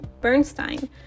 Bernstein